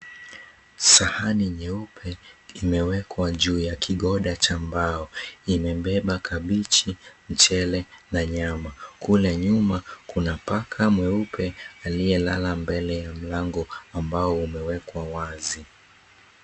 Sahani nyeupe imewekwe juu ya kigoda cha mbao imebeba kabichi, mchele na nyama kule nyuma kuna paka mweupe aliye lala mbele ya mlango umewekwa wazi.